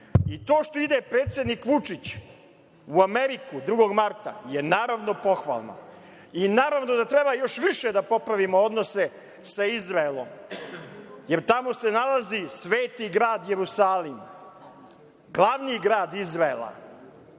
to što ide predsednik Vučić u Ameriku 2. marta je naravno pohvalno i naravno da treba još više da popravimo odnose sa Izraelom, jer tamo se nalazi sveti grad Jerusalim, glavni grad Izraela,